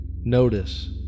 notice